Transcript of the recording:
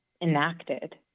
enacted